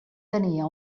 tenia